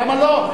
למה לא?